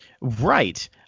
Right